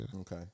Okay